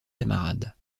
camarades